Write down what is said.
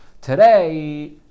Today